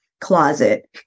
closet